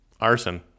arson